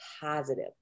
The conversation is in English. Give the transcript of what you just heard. positive